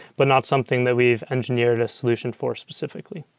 but not something that we've engineered a solution for specifically.